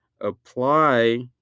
apply